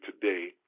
today